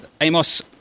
Amos